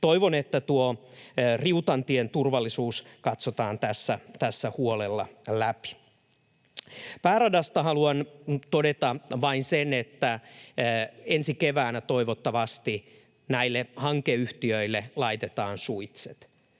Toivon, että Riuttantien turvallisuus katsotaan tässä huolella läpi. Pääradasta haluan todeta vain sen, että ensi keväänä toivottavasti näille hankeyhtiöille laitetaan suitset.